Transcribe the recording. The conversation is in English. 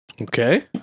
Okay